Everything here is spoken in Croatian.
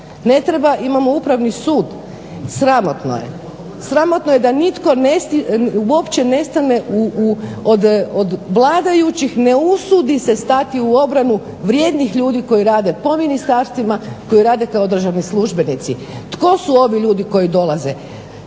Ne treba, imamo Upravni sud. Sramotno je! Sramotno je da nitko uopće ne stane od vladajućih ne usudi se stati u obranu vrijednih ljudi koji rade po ministarstvima, koji rade kao državni službenici. Tko su ovi ljudi koji dolaze?